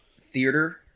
theater